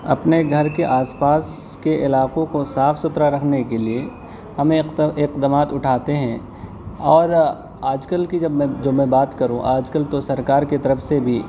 اپنے گھر کے آس پاس کے علاقوں کو صاف ستھرا رکھنے کے لیے ہمیں اقدامات اٹھاتے ہیں اور آج کل کی جب میں بات کروں آج کل تو سرکار کے طرف سے بھی